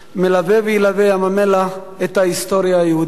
מלווה וילווה ים-המלח את ההיסטוריה היהודית.